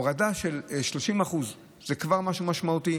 הורדה של 30% זה כבר משהו משמעותי.